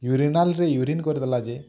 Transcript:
ୟୁରିନାଲରେ urine କରିଦେଲା ଯେ